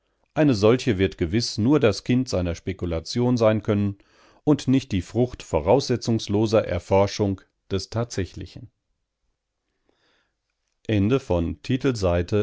eine solche wird gewiß nur das kind seiner spekulation sein können und nicht die frucht voraussetzungsloser erforschung des tatsächlichen